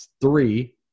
three